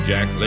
Jack